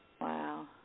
Wow